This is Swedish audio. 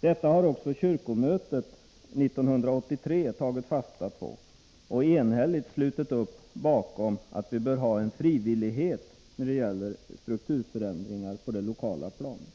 Detta har också kyrkomötet 1983 tagit fasta på och enhälligt slutit upp bakom — att vi bör ha frivillighet när det gäller strukturförändringar på det lokala planet.